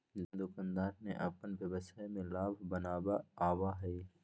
दुकानदार के अपन व्यवसाय में लाभ बनावे आवा हई